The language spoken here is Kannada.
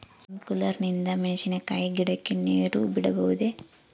ಸ್ಪಿಂಕ್ಯುಲರ್ ನಿಂದ ಮೆಣಸಿನಕಾಯಿ ಗಿಡಕ್ಕೆ ನೇರು ಬಿಡಬಹುದೆ?